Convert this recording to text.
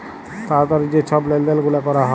তাড়াতাড়ি যে ছব লেলদেল গুলা ক্যরা হ্যয়